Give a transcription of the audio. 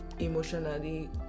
emotionally